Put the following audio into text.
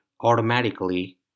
automatically